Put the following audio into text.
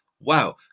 wow